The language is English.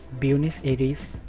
buenos aires,